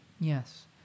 yes